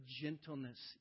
gentleness